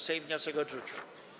Sejm wniosek odrzucił.